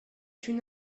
une